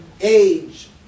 age